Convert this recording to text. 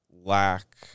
lack